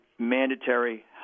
mandatory